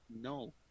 no